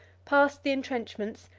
passed the intrenchments,